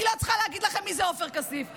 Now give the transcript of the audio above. אני לא צריכה להגיד לכם מי זה עופר כסיף.